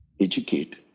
educate